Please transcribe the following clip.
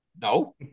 No